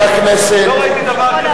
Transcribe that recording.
לא ראיתי דבר כזה.